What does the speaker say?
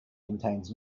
contains